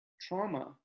trauma